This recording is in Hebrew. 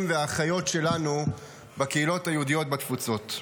והאחיות שלנו בקהילות היהודיות בתפוצות.